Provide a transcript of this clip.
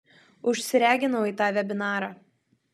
užsireginau į tą vebinarą